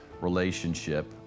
relationship